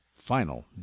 Final